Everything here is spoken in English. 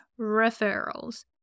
referrals